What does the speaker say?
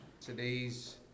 today's